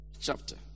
chapter